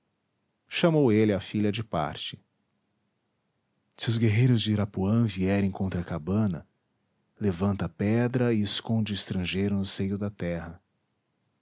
chamou ele a filha de parte se os guerreiros de irapuã vierem contra a cabana levanta a pedra e esconde o estrangeiro no seio da terra